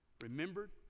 remembered